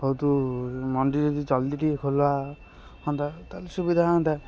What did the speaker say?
ବହୁତ ମଣ୍ଡି ଯଦି ଜଲ୍ଦି ଟିକେ ଖୋଲା ହୁଅନ୍ତା ତାହେଲେ ସୁବିଧା ହୁଅନ୍ତା